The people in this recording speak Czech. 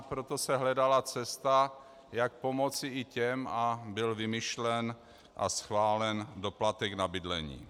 Proto se hledala cesta, jak pomoci i těm, a byl vymyšlen a schválen doplatek na bydlení.